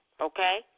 okay